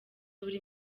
buri